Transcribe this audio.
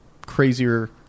crazier